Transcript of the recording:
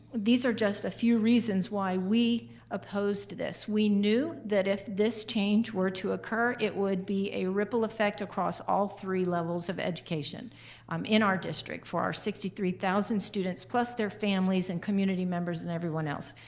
these are just a few reasons why we opposed this. we knew that if this change were to occur it would be a ripple effect across all three levels of education um in our district for our sixty three thousand students plus their families and community members and everyone else.